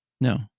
No